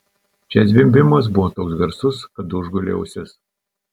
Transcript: čia zvimbimas buvo toks garsus kad užgulė ausis